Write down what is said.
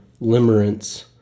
limerence